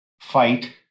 fight